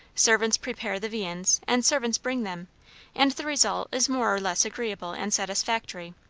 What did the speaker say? servants prepare the viands, and servants bring them and the result is more or less agreeable and satisfactory,